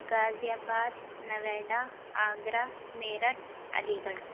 غازی آباد نویڈا آگرہ میرٹھ علی گڑھ